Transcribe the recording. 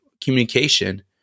communication